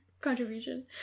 contribution